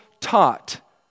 taught